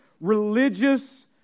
religious